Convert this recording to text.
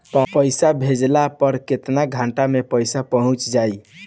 पैसा भेजला पर केतना घंटा मे पैसा चहुंप जाई?